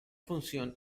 función